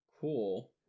cool